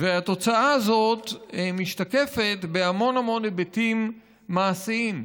התוצאה הזאת משתקפת בהמון המון היבטים מעשיים.